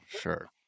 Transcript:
sure